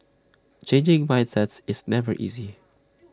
changing mindsets is never easy